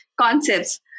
concepts